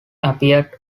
appeared